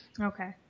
Okay